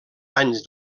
anys